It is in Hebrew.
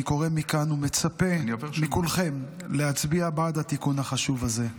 אני קורא מכאן ומצפה מכולכם להצביע בעד התיקון החשוב הזה.